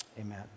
Amen